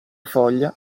foglia